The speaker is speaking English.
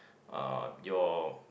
uh your